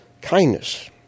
kindness